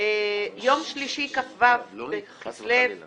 יום שלישי, כ״ו בכסלו התשע״ט,